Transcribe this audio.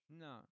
No